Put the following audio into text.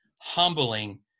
humbling